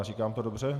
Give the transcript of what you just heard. Říkám to dobře?